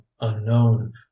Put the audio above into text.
unknown